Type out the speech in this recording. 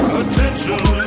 attention